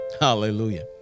Hallelujah